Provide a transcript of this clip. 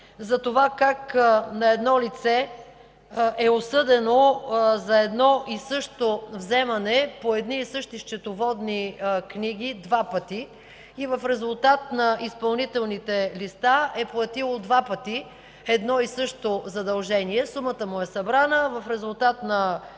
за това как едно лице е осъдено за едно и също вземане по едни и същи счетоводни книги два пъти и в резултат на изпълнителните листи е платило два пъти едно и също задължение. Сумата му е събрана. В резултат на последваща